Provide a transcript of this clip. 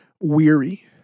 weary